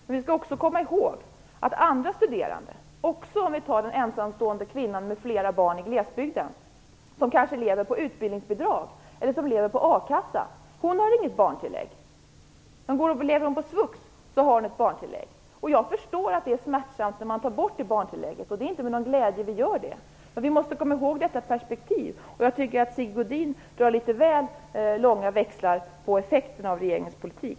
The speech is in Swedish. Men t.ex. den ensamstående kvinnan med flera barn i glesbygden - hon kanske lever på utbildningsbidrag eller a-kassa - har inget barntillägg. Men lever hon på svux har hon ett barntillägg. Jag förstår att det är smärtsamt för många när man tar bort det barntillägget, och det är inte med någon glädje vi gör det, men vi måste komma ihåg detta perspektiv. Jag tycker att Sigge Godin drar litet väl långa växlar på effekterna av regeringens politik.